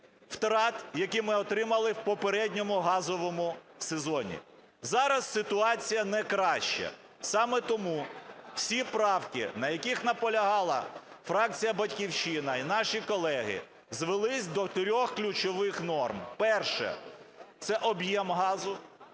втрат, які ми отримали в попередньому газовому сезоні. Зараз ситуація не краща, саме тому всі правки, на яких наполягала фракція "Батьківщина" і наші колеги, звелись до трьох ключових норм. Перше – це об'єм газу.